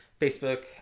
Facebook